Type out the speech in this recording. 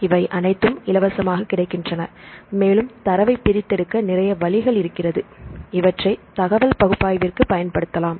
இவை அனைத்தும் இலவசமாகக் கிடைக்கின்றன மேலும் தரவைப் பிரித்தெடுக்க நிறைய வழிகள் இருக்கிறது இவற்றை தகவல் பகுப்பாய்விற்குப் பயன்படுத்தலாம்